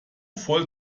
voll